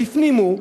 הפנימו,